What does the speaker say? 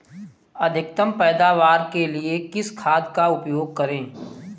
अधिकतम पैदावार के लिए किस खाद का उपयोग करें?